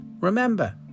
Remember